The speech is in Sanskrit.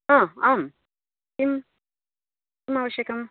हान आम् किम् किम् आवश्यकम्